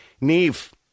Neve